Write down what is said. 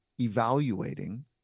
evaluating